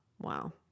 wow